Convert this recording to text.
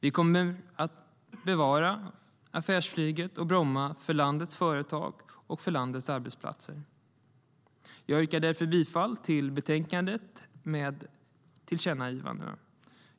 Vi kommer att bevara affärsflyget och Bromma för landets företag och landets arbetsplatser. Jag yrkar därför bifall till utskottets förslag i betänkandet med tillkännagivandena.